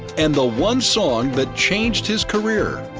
and the one song that changed his career.